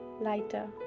lighter